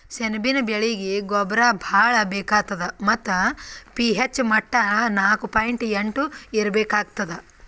ಸೆಣಬಿನ ಬೆಳೀಗಿ ಗೊಬ್ಬರ ಭಾಳ್ ಬೇಕಾತದ್ ಮತ್ತ್ ಪಿ.ಹೆಚ್ ಮಟ್ಟಾ ನಾಕು ಪಾಯಿಂಟ್ ಎಂಟು ಇರ್ಬೇಕಾಗ್ತದ